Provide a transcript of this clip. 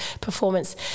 performance